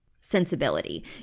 sensibility